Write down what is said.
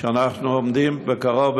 שאנחנו עומדים בקרוב,